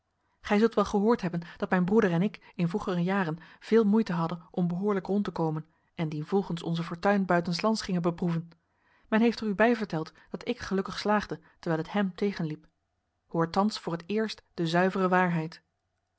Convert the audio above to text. gij zult wel gehoord hebben dat mijn broeder en ik in vroegere jaren veel moeite hadden om behoorlijk rond te komen en dienvolgens onze fortuin buitenslands gingen beproeven men heeft er u bij verteld dat ik gelukkig slaagde terwijl het hem tegenliep hoor thans voor t eerst de zuivere waarheid